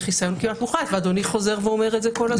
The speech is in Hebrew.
את יכולה להחליט מה שאת רוצה.